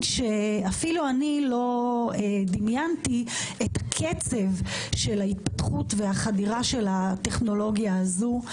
שאפילו אני לא דמיינתי את קצב ההתפתחות והחדירה של הטכנולוגיה הזו.